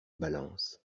balance